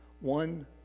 one